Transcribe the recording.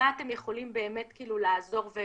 מה אתם יכולים באמת כאילו לעזור.